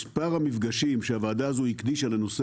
מספר המפגשים שהוועדה הזו הקדישה לנושא